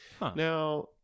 Now